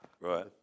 Right